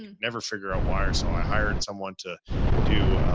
never figured out why or so i hired someone to do a,